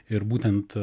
ir būtent